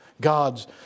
God's